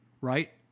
right